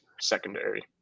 secondary